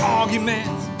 arguments